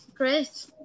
Great